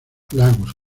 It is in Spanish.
lagos